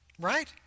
right